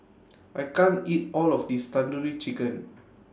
I can't eat All of This Tandoori Chicken